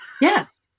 Yes